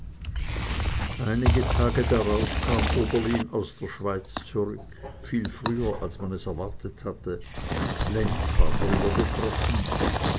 einige tage darauf kam oberlin aus der schweiz zurück viel früher als man es erwartet hatte lenz war darüber betroffen